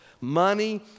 Money